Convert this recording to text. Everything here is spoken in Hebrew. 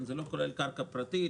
זה לא כולל קרקע פרטית,